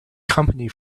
company